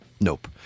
nope